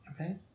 Okay